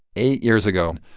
eight years ago,